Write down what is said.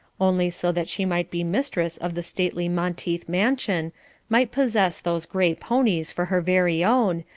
only so that she might be mistress of the stately monteith mansion, might possess those gray ponies for her very own,